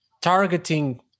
targeting